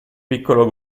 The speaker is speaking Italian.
piccolo